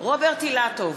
רוברט אילטוב,